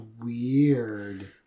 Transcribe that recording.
weird